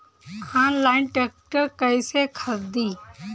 Online tractor कैसे खरदी?